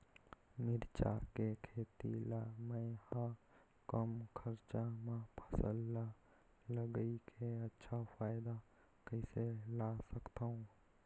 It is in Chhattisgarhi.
मिरचा के खेती ला मै ह कम खरचा मा फसल ला लगई के अच्छा फायदा कइसे ला सकथव?